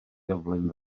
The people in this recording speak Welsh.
gyflym